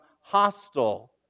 hostile